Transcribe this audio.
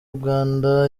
uganda